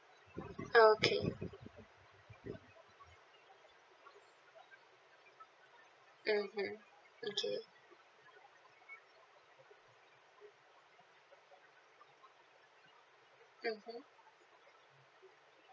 okay mmhmm okay mmhmm